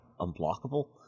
unblockable